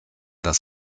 das